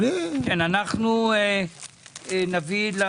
אני מבקש שתעקבי אחרי בעניין הזה של